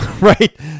right